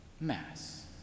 Mass